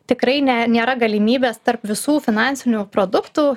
tikrai ne nėra galimybės tarp visų finansinių produktų